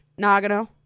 Nagano